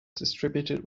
distributed